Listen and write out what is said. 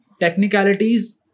Technicalities